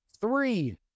three